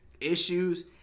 Issues